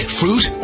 fruit